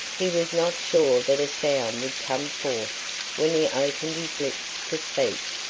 he was not sure that a sound would come forth when he opened his lips to speak,